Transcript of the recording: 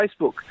Facebook